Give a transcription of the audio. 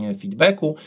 feedbacku